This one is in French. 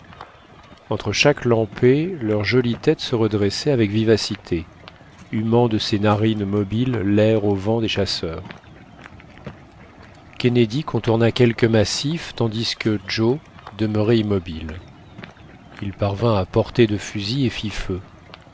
entre chaque lampée leur jolie tête se redressait avec vivacité humant de ses narines mobiles l'air au vent des chasseurs kennedy contourna quelques massifs tandis que joe demeurait immobile il parvint à portée de fusil et fit